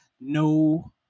No